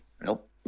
Nope